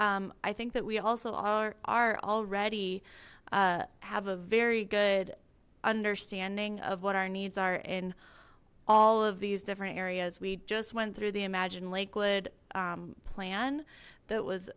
i think that we also are already have a very good understanding of what our needs are in all of these different areas we just went through the imagine lakewood plan that was